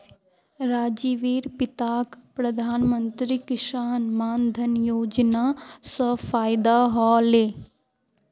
राजीवेर पिताक प्रधानमंत्री किसान मान धन योजना स फायदा ह ले